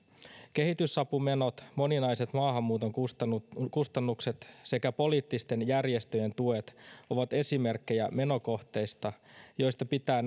kehitysapumenot moninaiset maahanmuuton kustannukset kustannukset sekä poliittisten järjestöjen tuet ovat esimerkkejä menokohteista joista pitää